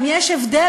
גם יש הבדל,